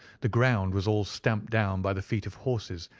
the ground was all stamped down by the feet of horses,